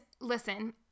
listen